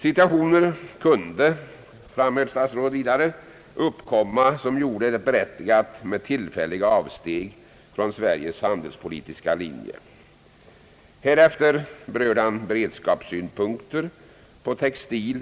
Situationer kunde, framhöll statsrådet vidare, uppkomma, vilka gjorde det berättigat med tillfälliga avsteg från Sveriges handelspolitiska linje. Härefter berörde han beredskapssynpunkter på textil.